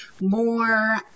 more